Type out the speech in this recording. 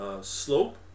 slope